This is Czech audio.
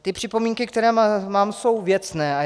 Ty připomínky, které mám, jsou věcné.